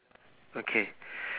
okay